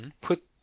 put